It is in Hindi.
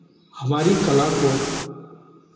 हमारी कला को